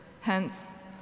Hence